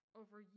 over